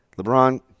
LeBron